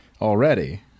Already